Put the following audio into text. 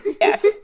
Yes